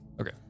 Okay